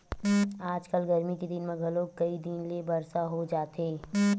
आजकल गरमी के दिन म घलोक कइ कई दिन ले बरसा हो जाथे